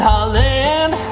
Holland